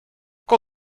call